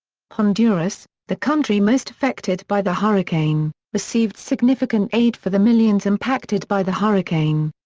honduras, the country most affected by the hurricane, received significant aid for the millions impacted by the hurricane.